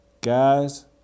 Guys